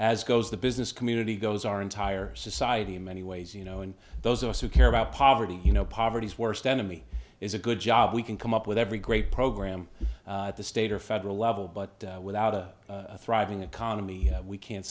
as goes the business community goes our entire society in many ways you know and those of us who care about poverty you know poverty is worst enemy is a good job we can come up with every great program at the state or federal level but without a thriving economy we can